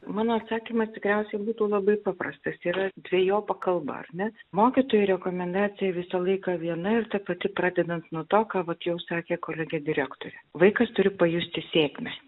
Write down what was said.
mano atsakymas tikriausiai būtų labai paprastas yra dvejopa kalba ar ne mokytojui rekomendacija visą laiką viena ir ta pati pradedant nuo to ką vat jau sakė kolegė direktorė vaikas turi pajusti sėkmę